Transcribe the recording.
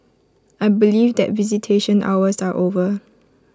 I believe that visitation hours are over